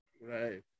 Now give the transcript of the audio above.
Right